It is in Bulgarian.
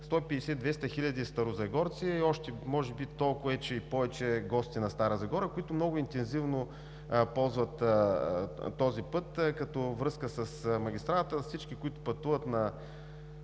150 – 200 хиляди старозагорци и още толкова, че и повече гости на Стара Загора, които много интензивно ползват този път като връзка с магистралата – всички, които пътуват на